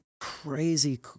crazy